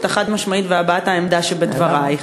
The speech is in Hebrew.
החד-משמעית בהבעת העמדה שבדברייך.